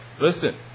listen